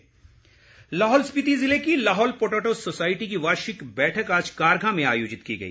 बैठक लाहौल स्पीति ज़िले की लाहौल पोटैटो सोसायटी की वार्षिक बैठक आज कारगा में आयोजित की गई